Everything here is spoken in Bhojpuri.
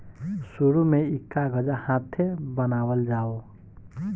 शुरु में ई कागज हाथे बनावल जाओ